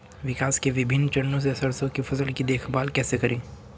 विकास के विभिन्न चरणों में सरसों की फसल की देखभाल कैसे करें?